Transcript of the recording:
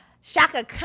Shaka